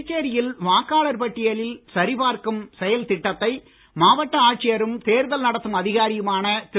புதுச்சேரியில் வாக்காளர் பட்டியல் சரி பார்க்கும் செயல் திட்டத்தை மாவட்ட ஆட்சியரும் தேர்தல் நடத்தும் அதிகாரியுமான திரு